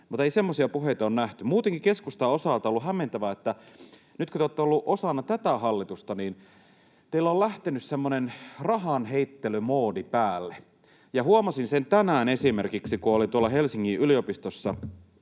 mutta ei semmoisia puheita ole nähty. Muutenkin keskustan osalta on ollut hämmentävää, että nyt kun te olette olleet osana tätä hallitusta, teillä on lähtenyt semmoinen rahanheittelymoodi päälle, ja huomasin sen esimerkiksi tänään, kun olin tuolla Helsingin yliopistossa